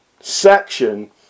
section